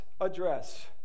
address